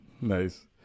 nice